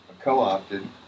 co-opted